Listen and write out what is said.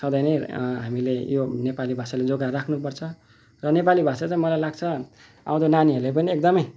सधैँ नै हामीले यो नेपाली भाषालाई जोगाएर राख्नुपर्छ र नेपाली भाषा चाहिँ मलाई लाग्छ आउँदो नानीहरूले पनि एकदमै